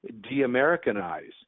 de-Americanize